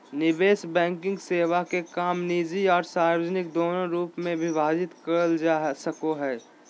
निवेश बैंकिंग सेवा के काम निजी आर सार्वजनिक दोनों रूप मे विभाजित करल जा सको हय